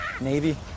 Navy